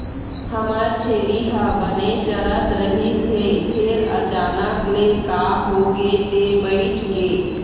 हमर छेरी ह बने चरत रहिस हे फेर अचानक ले का होगे ते बइठ गे